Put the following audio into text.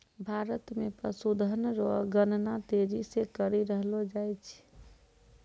भारत मे पशुधन रो गणना तेजी से करी रहलो जाय छै